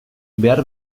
behar